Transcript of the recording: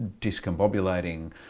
discombobulating